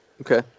Okay